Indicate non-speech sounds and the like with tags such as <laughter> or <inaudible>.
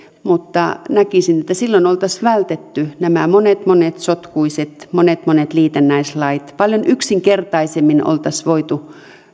<unintelligible> näkisin että silloin oltaisiin vältetty <unintelligible> nämä monet monet sotkuiset <unintelligible> liitännäislait paljon yksinkertaisemmin oltaisiin voitu